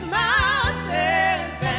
mountains